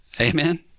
Amen